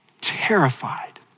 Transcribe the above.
terrified